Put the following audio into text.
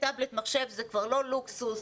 טבלט ומחשב הם כבר לא לוקסוס,